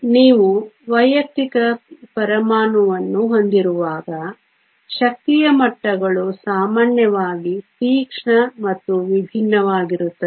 ನೀವು ವೈಯಕ್ತಿಕ ಪರಮಾಣುವನ್ನು ಹೊಂದಿರುವಾಗ ಶಕ್ತಿಯ ಮಟ್ಟಗಳು ಸಾಮಾನ್ಯವಾಗಿ ತೀಕ್ಷ್ಣ ಮತ್ತು ವಿಭಿನ್ನವಾಗಿರುತ್ತದೆ